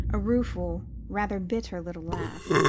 a rueful, rather bitter little laugh.